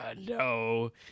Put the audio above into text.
no